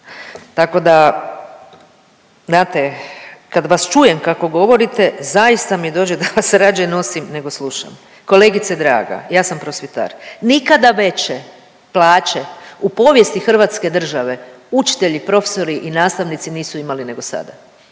Tako da znate kad vas čujem kako govorite zaista mi dođe da vas rađe nosim nego slušam. Kolegice draga, ja sam prosvjetar, nikada veće plaće u povijesti hrvatske države učitelji, profesori i nastavnici nisu imali nego sada.